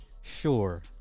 Sure